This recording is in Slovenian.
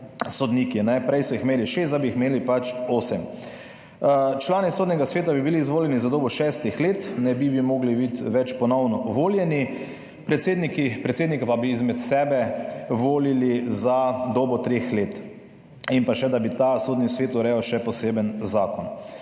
sodniki, prej so jih imeli šest, zdaj bi jih imeli pač osem. Člani Sodnega sveta bi bili izvoljeni za dobo šestih let, ne bi mogli biti več ponovno voljeni, predsednika pa bi izmed sebe volili za dobo treh let. In pa še, da bi ta Sodni svet urejal še poseben zakon.